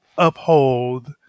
uphold